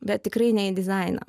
bet tikrai ne į dizainą